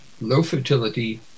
low-fertility